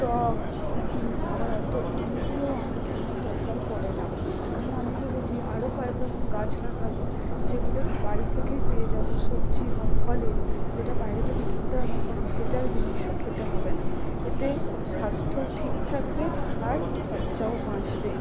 টক নাকি আবার অতো দাম দিয়েও আম কিনার দরকার পড়ে না এই জন্য আমি ভেবেছি আরও কয়েক রকম গাছ লাগাবো যেগুলো বাড়ি থেকেই পেয়ে যাব সবজি বা ফলের যেটা বাইরে থেকে কিনতে হবে না ভেজাল জিনিসও খেতে হবে না এতে স্বাস্থ্য ঠিক থাকবে আর খরচাও বাঁচবে